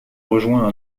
rejoint